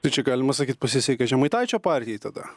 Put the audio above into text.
tai čia galima sakyt pasisekė žemaitaičio partijai tada